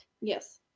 Yes